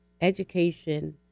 education